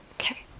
Okay